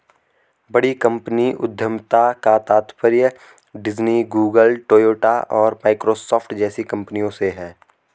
बड़ी कंपनी उद्यमिता का तात्पर्य डिज्नी, गूगल, टोयोटा और माइक्रोसॉफ्ट जैसी कंपनियों से है